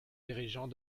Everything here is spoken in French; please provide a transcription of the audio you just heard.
dirigeants